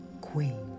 Queen